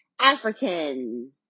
African